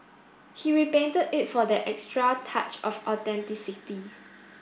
he repainted it for that extra touch of authenticity